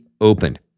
opened